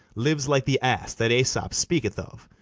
lives like the ass that aesop speaketh of,